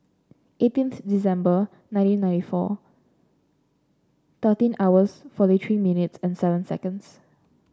eighteenth December nineteen ninety four thirteen hours forty three minutes and seven seconds